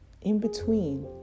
In-between